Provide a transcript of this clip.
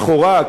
לכאורה,